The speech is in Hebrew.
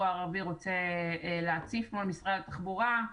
הערבי רוצה להציף מול משרד התחבורה,